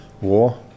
war